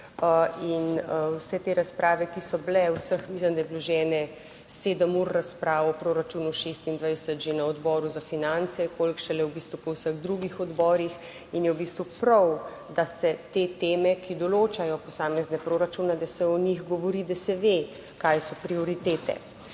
in vse te razprave, ki so bile v vseh, mislim da je vložene 7 ur razprav o proračunu 2026 že na Odboru za finance, koliko šele v bistvu po vseh drugih odborih, in je v bistvu prav, da se te teme, ki določajo posamezne proračune, da se o njih govori, da se ve kaj so prioritete.